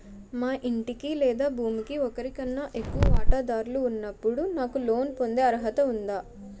మా ఇంటికి లేదా భూమికి ఒకరికన్నా ఎక్కువ వాటాదారులు ఉన్నప్పుడు నాకు లోన్ పొందే అర్హత ఉందా?